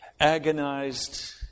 agonized